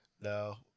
No